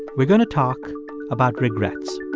we're going to talk about regrets